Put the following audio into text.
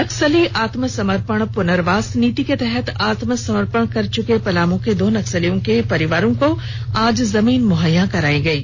नक्सली आत्मसमर्पण पुनर्वास नीति के तहत आत्मसमर्पण कर चुके पलामू के दो नक्सलियों के परिवारों को आज जमीन मुहैया करायी गयी